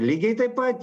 lygiai taip pat